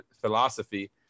philosophy